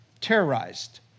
terrorized